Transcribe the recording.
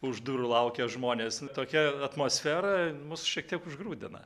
už durų laukia žmonės tokia atmosfera mus šiek tiek užgrūdina